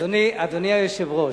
אדוני היושב-ראש,